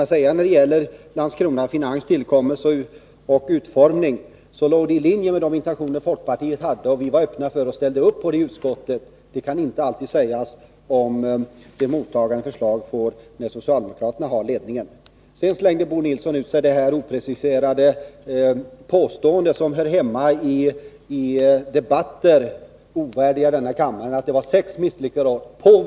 Förslaget om tillkomsten och utformningen av Landskrona Finans låg i linje med de intentioner som folkpartiet hade, och vi var öppna för att ställa oss bakom detta förslag i utskottet. Det kan inte sägas att det alltid finns en sådan inställning vid mottagandet av förslag när socialdemokraterna har ledningen. Sedan slängde Bo Nilsson ur sig detta oprecisérade påstående om att de borgerliga åren var sex misslyckade år — ett påstående som hör hemma i debatter ovärdiga denna kammare.